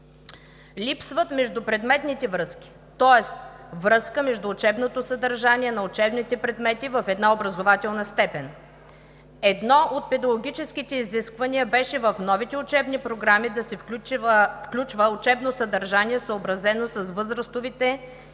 Липсват междупредметните връзки, тоест връзка между учебното съдържание на учебните предмети в една образователна степен. Едно от педагогическите изисквания беше в новите учебни програми да се включва учебно съдържание, съобразено с възрастовите и